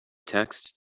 text